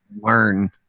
learn